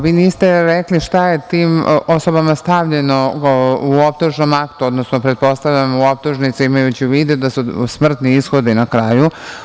Vi niste rekli šta je tim osobama stavljeno u optužnom aktu, odnosno pretpostavljam u optužnici, imajući u vidu da su smrtni ishodi na kraju.